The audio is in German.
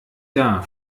jahr